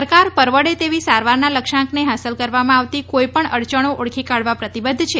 સરકાર પરવડે તેવી સારવારના લક્ષ્યાંકને હાંસલ કરવામાં આવતી કોઇ પણ અડચણો ઓળખી કાઢવા પ્રતિબદ્ધ છે